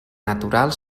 natural